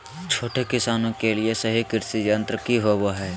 छोटे किसानों के लिए सही कृषि यंत्र कि होवय हैय?